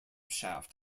shaft